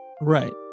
Right